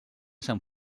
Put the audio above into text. sant